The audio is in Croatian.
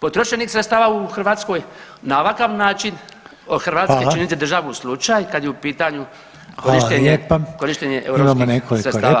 potrošenih sredstava u Hrvatskoj na ovakav način od Hrvatske [[Upadica Reiner: Hvala.]] činiti državu slučaj kad je u pitanju korištenje europskih sredstava.